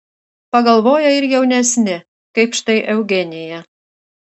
pagalvoja ir jaunesni kaip štai eugenija